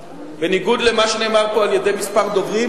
בניגוד למה שנאמר פה על-ידי כמה דוברים,